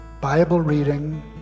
Bible-reading